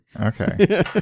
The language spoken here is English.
Okay